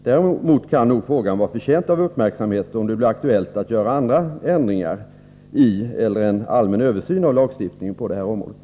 Däremot kan nog frågan vara förtjänt av uppmärksamhet, om det blir aktuellt att göra andra ändringar i eller en allmän översyn av lagstiftningen på det här området.